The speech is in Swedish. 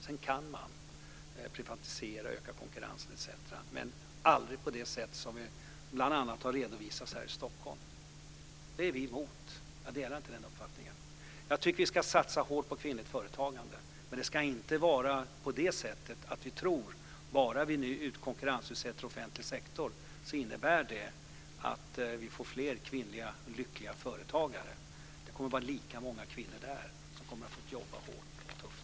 Sedan kan man privatisera, öka konkurrensen etc. Men det får aldrig ske på det sätt som bl.a. har redovisats här i Stockholm. Det är vi emot. Jag delar inte den uppfattningen. Jag tycker att vi ska satsa hårt på kvinnligt företagande, men det ska inte vara så att vi tror att bara vi konkurrensutsätter offentlig sektor innebär det att vi får fler kvinnliga och lyckliga företagare. Det kommer att vara lika många kvinnor där som kommer att få jobba hårt och tufft.